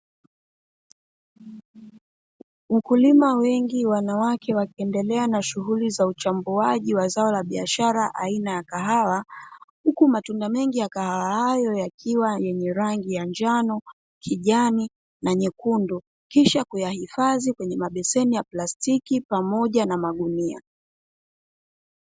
Wakulima wengi wanawake wakiendelea na shughuli za uchambuaji wa zao la biashara aina ya kahawa, huku matunda mengi ya kahawa hayo yakiwa yenye rangi ya: njano, kijani, na nyekundu; kisha kuyahifadhi kwenye mabeseni ya plastiki pamoja na magunia.